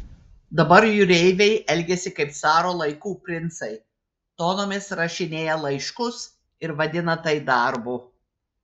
dabar jūreiviai elgiasi kaip caro laikų princai tonomis rašinėja laiškus ir vadina tai darbu